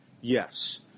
Yes